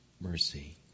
mercy